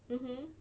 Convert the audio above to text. mmhmm